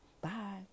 Bye